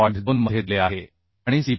2 मध्ये दिले आहे आणि Cpi